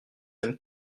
aime